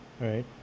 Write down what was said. Right